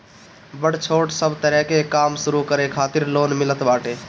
बड़ छोट सब तरह के काम शुरू करे खातिर लोन मिलत बाटे